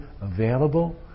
available